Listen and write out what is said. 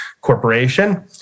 corporation